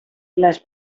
les